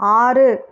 ஆறு